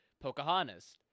Pocahontas